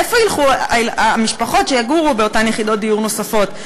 לאן ילכו המשפחות שיגורו באותן יחידות דיור נוספות?